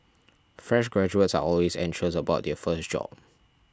fresh graduates are always anxious about their first job